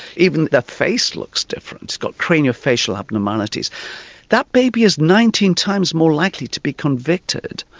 even their face looks different, it's got craniofacial abnormalities that baby is nineteen times more likely to be convicted.